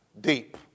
deep